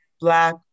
Black